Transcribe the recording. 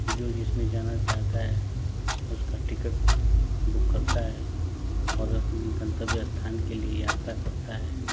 जो जिसमें जाना चाहता है उसका टिकट बुक करता है और अपने गंतव्य स्थान के लिए यात्रा करता है